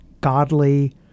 godly